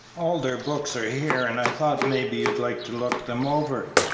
all their books are here, and i thought maybe you'd like to look them over.